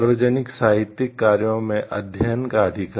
सार्वजनिक साहित्यिक कार्यों में अध्ययन का अधिकार